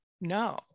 no